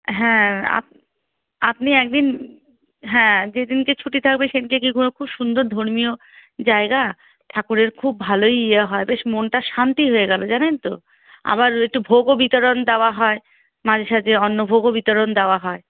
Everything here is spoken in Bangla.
হ্যাঁ আপ আপনি একদিন হ্যাঁ যেদিনকে ছুটি থাকবে সেদিনকে গিয়ে ঘু খুব সুন্দর ধর্মীয় জায়গা ঠাকুরের খুব ভালোই ইয়ে হয় বেশ মনটা শান্তি হয়ে গেলো জানেন তো আবার একটু ভোগও বিতরণ দেওয়া হয় মাঝে সাঝে অন্ন ভোগও বিতরণ দেওয়া হয়